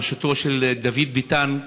בראשותו של דוד ביטן,